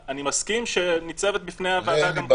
אני מסכים שניצבת בפני הוועדה --- אין לי בעיה,